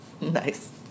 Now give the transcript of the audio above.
Nice